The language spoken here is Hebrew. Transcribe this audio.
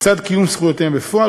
לצד קיום זכויותיהם בפועל,